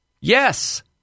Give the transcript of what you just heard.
Yes